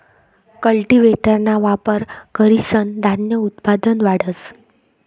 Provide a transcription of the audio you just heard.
कल्टीव्हेटरना वापर करीसन धान्य उत्पादन वाढस